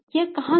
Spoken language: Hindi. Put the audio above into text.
यह कहां से आएगा